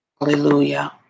Hallelujah